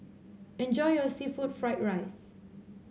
enjoy your seafood Fried Rice